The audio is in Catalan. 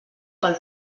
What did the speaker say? pel